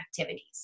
activities